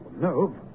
No